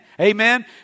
Amen